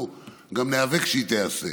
תודה.